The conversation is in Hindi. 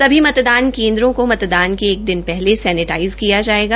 सभी मतदान केन्द्रों को मतदान से एक दिन पहले सेनेटाइज किया जाएगा